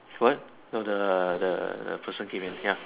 what no the the the person came in ya